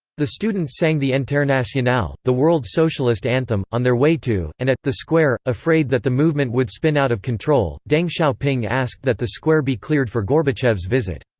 the students sang the internationale, the world socialist anthem, on their way to, and at, the square afraid afraid that the movement would spin out of control, deng xiaoping asked that the square be cleared for gorbachev's visit.